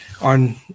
on